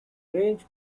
range